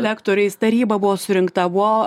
lektoriais taryba buvo surinkta buvo